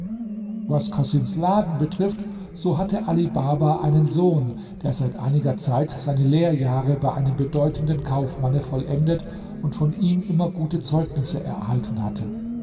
was casims laden betrifft so hatte ali baba einen sohn der seit einiger zeit seine lehrjahre bei einem bedeutenden kaufmanne vollendet und von ihm immer gute zeugnisse erhalten hatte